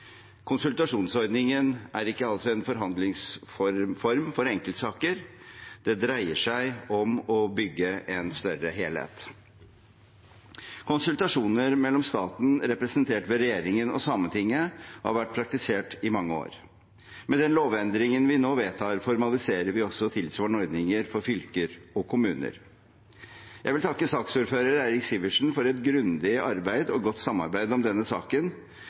Konsultasjonsordningen er ikke alltid en forhandlingsform for enkeltsaker. Det dreier seg om å bygge en større helhet. Konsultasjoner mellom staten, representert ved regjeringen og Sametinget, har vært praktisert i mange år. Med den lovendringen vi nå vedtar, formaliserer vi også tilsvarende ordninger for fylker og kommuner. Jeg vil takke saksordfører Eirik Sivertsen for et grundig arbeid og godt samarbeid om denne saken,